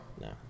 No